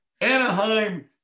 Anaheim